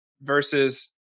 versus